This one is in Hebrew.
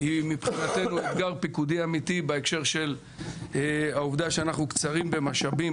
היא מבחינתנו אתגר פיקודי אמיתי בהקשר של העובדה שאנחנו קצרים במשאבים,